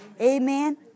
Amen